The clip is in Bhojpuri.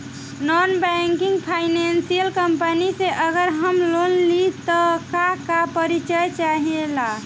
नॉन बैंकिंग फाइनेंशियल कम्पनी से अगर हम लोन लि त का का परिचय चाहे ला?